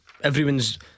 Everyone's